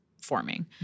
forming